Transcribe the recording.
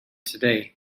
today